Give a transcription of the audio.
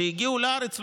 כשהגיעו לארץ,